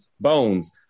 Bones